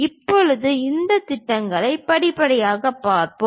இப்போது இந்த திட்டங்களை படிப்படியாக பார்ப்போம்